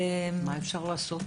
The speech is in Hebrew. מה אפשר לעשות?